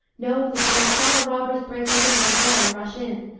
know that when i saw the robbers break open thy door and rush in,